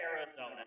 Arizona